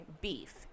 beef